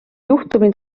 juhtumi